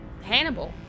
Hannibal